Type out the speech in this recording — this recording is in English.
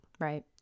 Right